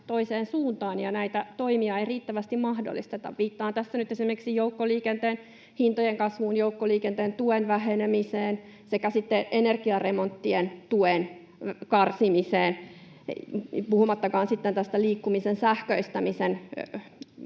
toiseen suuntaan ja näitä toimia ei riittävästi mahdollisteta. Viittaan tässä nyt esimerkiksi joukkoliikenteen hintojen kasvuun, joukkoliikenteen tuen vähenemiseen sekä energiaremonttien tuen karsimiseen, puhumattakaan sitten tästä liikkumisen sähköistämisen